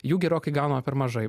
jų gerokai gaunama per mažai